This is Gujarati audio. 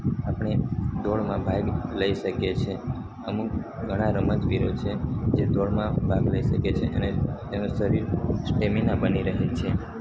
આપણે દોડમાં ભાગ લઈ શકીએ છીએ અમુક ઘણાં રમતવીરો છે જે દોડમાં ભાગ લઈ શકે છે અને એનું શરીર સ્ટેમિના બની રહે છે